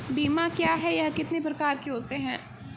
बीमा क्या है यह कितने प्रकार के होते हैं?